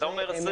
אתה אומר 24%,